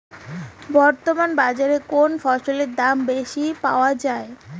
বর্তমান বাজারে কোন ফসলের দাম বেশি পাওয়া য়ায়?